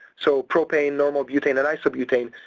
so propane, normal butane, and isobutene,